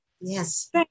Yes